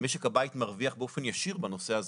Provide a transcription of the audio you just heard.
ומשק הבית מרוויח באופן ישיר בנושא הזה,